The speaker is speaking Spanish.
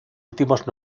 últimos